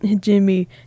Jimmy